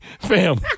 Fam